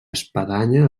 espadanya